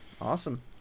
Awesome